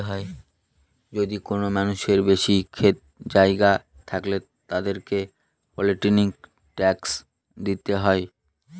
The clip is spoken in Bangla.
যদি কোনো মানুষের বেশি ক্ষেত জায়গা থাকলে, তাদেরকে প্রপার্টি ট্যাক্স দিতে হয়